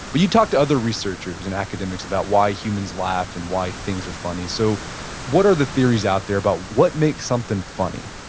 but you talked to other researchers and academics about why humans laugh and why things are funny. so what are the theories out there about what makes something funny?